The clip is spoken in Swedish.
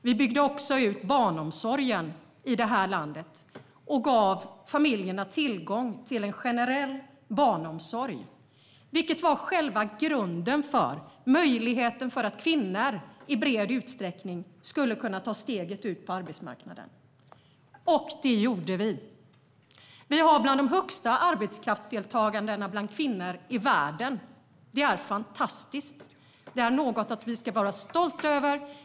Vi byggde också ut barnomsorgen i det här landet och gav familjerna tillgång till en generell barnomsorg, vilket var själva grunden för att kvinnor i stor utsträckning skulle kunna ta steget ut på arbetsmarknaden. Och det gjorde vi. Sverige är bland de länder i världen som har det största arbetskraftsdeltagandet bland kvinnor. Det är fantastiskt, och det är något som vi ska vara stolta över.